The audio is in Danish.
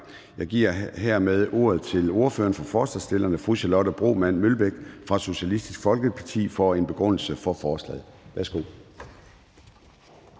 Jeg giver hermed ordet til ordføreren for forslagsstillerne, fru Charlotte Broman Mølbæk fra Socialistisk Folkeparti, for en begrundelse for forslaget.